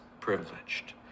privileged